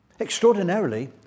Extraordinarily